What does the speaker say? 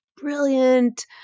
brilliant